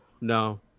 no